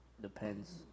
depends